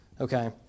Okay